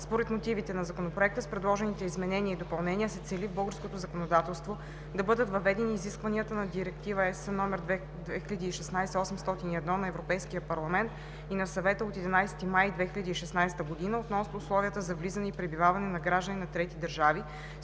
Според мотивите на Законопроекта с предложените изменения и допълнения се цели в българското законодателство да бъдат въведени изискванията на Директива (ЕС) № 2016/801 на Европейския парламент и на Съвета от 11 май 2016 г. относно условията за влизане и пребиваване на граждани на трети държави